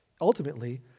Ultimately